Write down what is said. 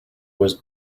was